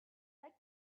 like